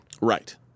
Right